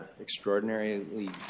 extraordinarily